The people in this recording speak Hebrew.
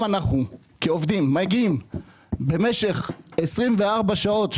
אם אנחנו כעובדים מגיעים במשך 24 שעות,